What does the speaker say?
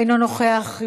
אינו נוכח,